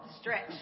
stretch